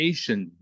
Asian